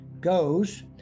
goes